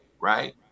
right